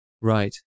Right